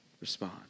respond